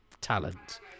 talent